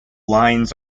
lines